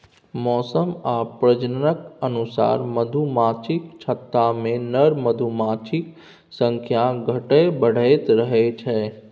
मौसम आ प्रजननक अनुसार मधुमाछीक छत्तामे नर मधुमाछीक संख्या घटैत बढ़ैत रहै छै